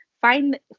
find